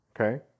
okay